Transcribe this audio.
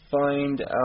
find